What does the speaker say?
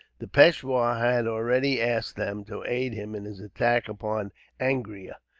the peishwar had already asked them to aid him in his attack upon angria,